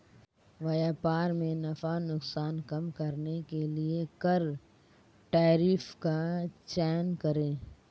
व्यापार में नफा नुकसान कम करने के लिए कर टैरिफ का चयन करे